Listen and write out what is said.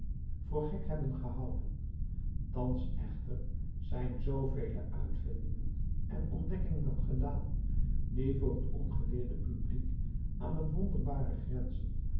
voor gek hebben gehouden thans echter zijn zoovele uitvindingen en ontdekkingen gedaan die voor het ongeleerde publiek aan het wonderbare grenzen